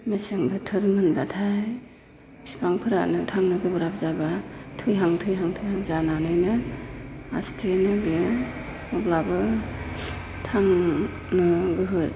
मेसें बोथोर मोनब्लाथाय बिफांफोरानो थांनो गोब्राब जाबा थैहां थैहां जानानैनो आस्थेयैनो बेयो अब्लाबो थांनो गोहो